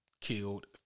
killed